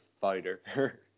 fighter